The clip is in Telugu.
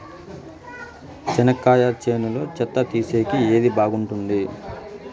చెనక్కాయ చేనులో చెత్త తీసేకి ఏది బాగుంటుంది?